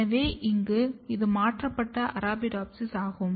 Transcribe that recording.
எனவே இங்கே இது மாற்றப்பட்ட அரபிடோப்சிஸ் ஆகும்